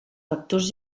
factors